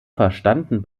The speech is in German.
verstanden